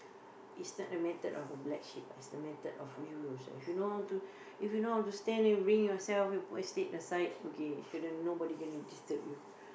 is not a matter of black sheep is the matter of you yourself if you know how to wing yourself stand aside okay nobody's gonna disturb you